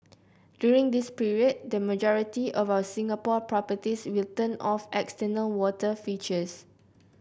during this period the majority of our Singapore properties will turn off external water features